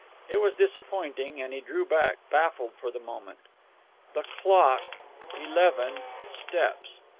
it was disappointing, and he drew back, baffled for the moment the clock eleven steps.